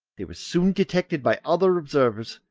they were soon detected by other observers,